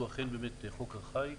שהוא אכן חוק ארכאי.